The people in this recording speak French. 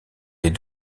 les